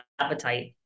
appetite